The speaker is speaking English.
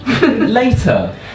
Later